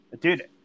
dude